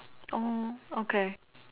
oh okay